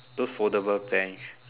those foldable bench